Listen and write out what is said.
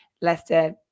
Leicester